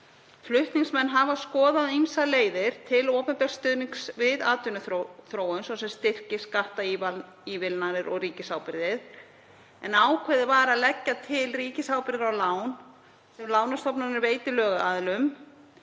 Flutningsmenn hafa skoðað ýmsar leiðir til opinbers stuðnings við atvinnuþróun, svo sem styrki, skattaívilnanir og ríkisábyrgðir, en ákveðið var að leggja til ríkisábyrgðir á lán sem lánastofnanir veita lögaðilum